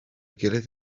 gilydd